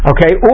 Okay